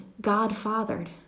God-fathered